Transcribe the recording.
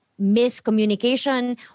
miscommunication